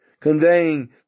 conveying